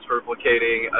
replicating